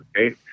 Okay